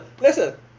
Listen